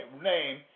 name